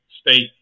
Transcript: state